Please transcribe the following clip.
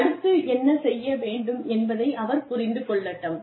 அடுத்து என்ன செய்ய வேண்டும் என்பதை அவர் புரிந்துகொள்ளட்டும்